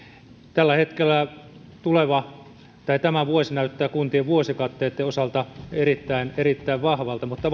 tällä hetkellä tämä vuosi näyttää kuntien vuosikatteitten osalta erittäin vahvalta mutta